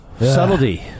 subtlety